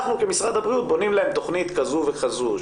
אנחנו כמשרד הבריאות בונים להם תכנית כזאת וכזאת.